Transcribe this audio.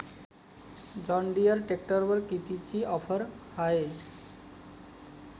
John Deere ट्रॅक्टरवर कितीची offer हाये?